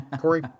Corey